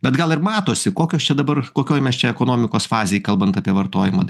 bet gal ir matosi kokios čia dabar kokioj mes čia ekonomikos fazėj kalbant apie vartojimą